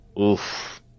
Oof